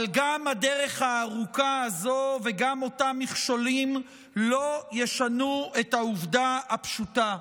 אבל גם הדרך הארוכה הזו וגם אותם מכשולים לא ישנו את העובדה הפשוטה: